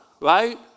right